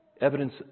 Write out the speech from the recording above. evidence